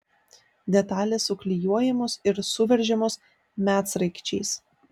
detalės suklijuojamos ir suveržiamos medsraigčiais